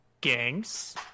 gangs